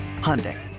Hyundai